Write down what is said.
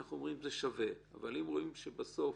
היא אומרת שאם רואים בסוף